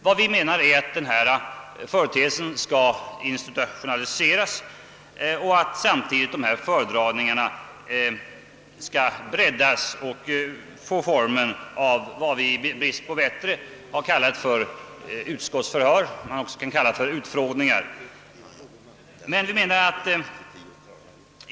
Vi vill att företeelsen skall bli en institution och att föredragningarna samtidigt skall breddas och få formen av vad vi i brist på bättre har kallat utskottsförhör. Man kan också kalla dem utfrågningar.